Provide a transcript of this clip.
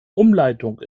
umleitung